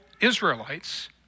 Israelites